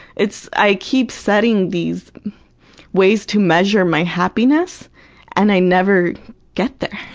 it's i keep setting these ways to measure my happiness and i never get there.